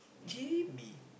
J_B